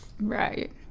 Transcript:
Right